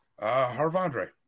Harvandre